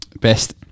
best